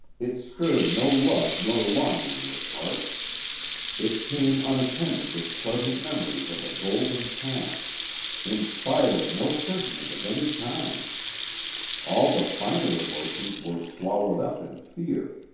it stirred no love nor longing in his heart it came unattended with pleasant memories of a golden past inspired no sentiment of any kind all the finer emotions were swallowed up in fear.